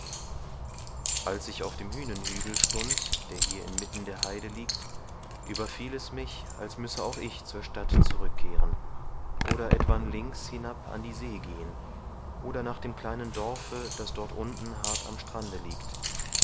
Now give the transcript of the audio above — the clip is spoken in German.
als ich auf dem hünenhügel stund der hier inmitten der heide liegt überfiel es mich als müsse auch ich zur stadt zurückkehren oder etwan nach links hinab an die see gehen oder nach dem kleinen dorfe das dort unten hart am strande liegt